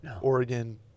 Oregon